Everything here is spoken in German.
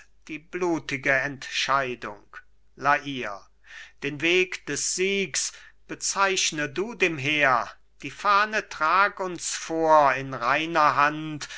die blutige entscheidung la hire den weg des siegs bezeichne du dem heer die fahne trag uns vor in reiner hand